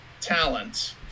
talent